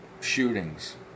shootings